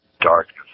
darkness